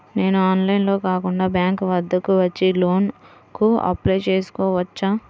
నేను ఆన్లైన్లో కాకుండా బ్యాంక్ వద్దకు వచ్చి లోన్ కు అప్లై చేసుకోవచ్చా?